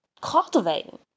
cultivating